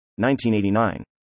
1989